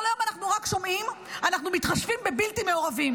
כל היום אנחנו רק שומעים: אנחנו מתחשבים בבלתי מעורבים,